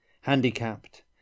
Handicapped